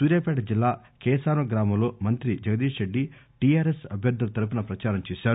సూర్యాపేట జిల్లా కేసారం గ్రామంలో మంత్రి జగదీష్ రెడ్డి టిఆర్ ఎస్ అభ్యర్దుల తరఫున ప్రచారం చేశారు